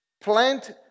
plant